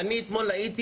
אני אתמול הייתי